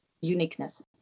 uniqueness